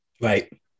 Right